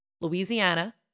Louisiana